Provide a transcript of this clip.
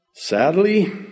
Sadly